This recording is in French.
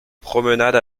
promenade